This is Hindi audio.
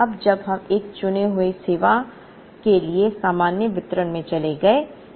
अब जब हम एक चुने हुए सेवा के लिए सामान्य वितरण में चले गए